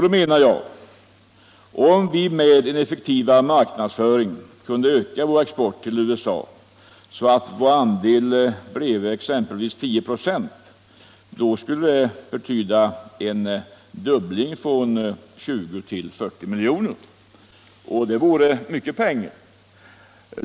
Då menar jag: Om vi med en effektivare marknadsföring kunde öka vår export till USA så att vår andel uppgick till exempelvis 10 96 skulle det betyda en fördubbling, från 20 till 40 milj.kr. Det är mycket pengar.